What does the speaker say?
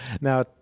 now